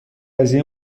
قضیه